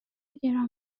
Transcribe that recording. گران